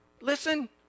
listen